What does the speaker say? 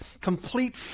Complete